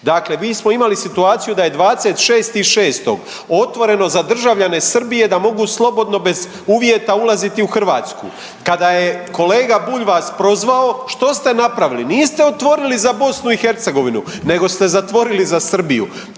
Dakle mi smo imali situaciju da je 26.6. otvoreno za državljane Srbije da mogu slobodno bez uvjeta ulaziti u Hrvatsku. Kada je kolega Bulj vas prozvao što ste napravili? Niste otvorili za Bosnu i Hercegovinu, nego ste zatvorili za Srbiju.